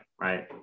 Right